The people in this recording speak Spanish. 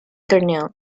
torneo